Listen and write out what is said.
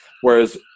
Whereas